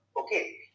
Okay